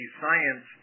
science